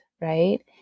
right